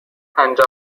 پنجاه